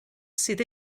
sydd